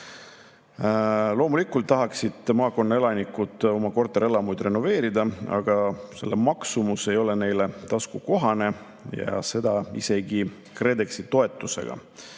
Loomulikult tahaksid maakonna elanikud oma korterelamuid renoveerida, aga selle maksumus ei ole neile taskukohane ja seda isegi mitte KredExi toetusega.